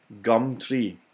Gumtree